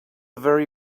very